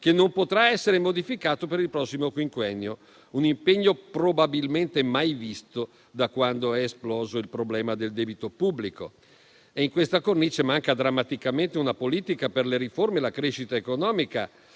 che non potrà essere modificato per il prossimo quinquennio, un impegno probabilmente mai visto da quando è esploso il problema del debito pubblico. In questa cornice mancano drammaticamente una politica per le riforme e la crescita economica.